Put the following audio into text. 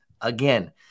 Again